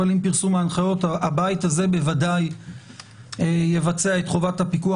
אבל עם פרסום ההנחיות הבית הזה בוודאי יבצע את חובת הפיקוח